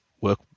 work